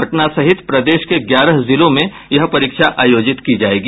पटना सहित प्रदेश के ग्यारह जिलों में ये परीक्षा आयोजित की जायेगी